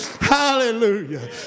Hallelujah